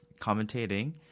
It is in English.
commentating